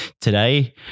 today